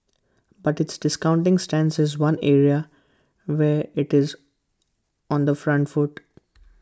but its discounting stance is one area where IT is on the front foot